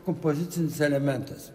kompozicinis elementas